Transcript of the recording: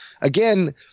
again